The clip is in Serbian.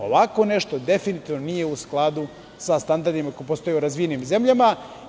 Ovako nešto definitivno nije u skladu sa standardima koji postoje u razvijenim zemljama.